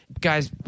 guys